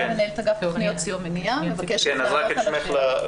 הילה מנהלת אגף תוכניות סיוע ומניעה מבקשת לענות על השאלה.